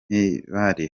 mibare